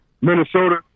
Minnesota